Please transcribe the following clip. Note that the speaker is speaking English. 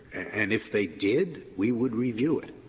and if they did we would review it.